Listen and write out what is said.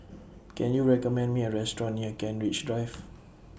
Can YOU recommend Me A Restaurant near Kent Ridge Drive